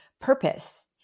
purpose